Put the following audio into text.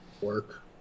Work